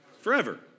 forever